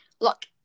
Look